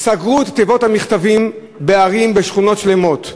סגרו את תיבות המכתבים בערים בשכונות שלמות.